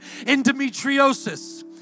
endometriosis